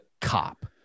cop